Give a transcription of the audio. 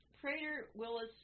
Prater-Willis